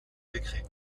décret